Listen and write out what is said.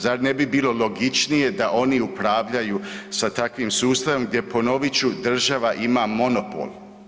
Zar ne bi bilo logičnije da oni upravljaju sa takvim sustavom, gdje, ponovit ću, država ima monopol.